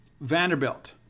Vanderbilt